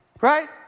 right